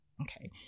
okay